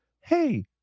hey